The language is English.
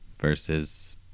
versus